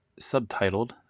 subtitled